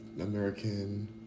American